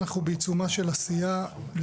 אנחנו בעיצומה של עשייה בחלק מהנושאים,